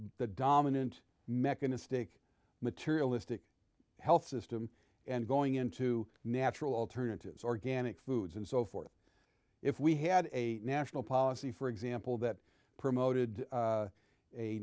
the dominant mechanistic materialistic health system and going into natural alternatives organic foods and so forth if we had a national policy for example that promoted